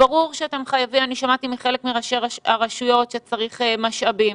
שמעתי מחלק מראשי הרשויות שצריך משאבים,